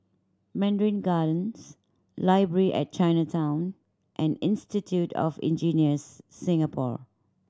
Mandarin Gardens Library at Chinatown and Institute of Engineers Singapore